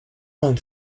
one